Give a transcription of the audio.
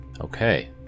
okay